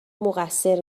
مقصر